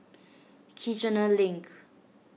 Kiichener Link